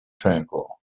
tranquil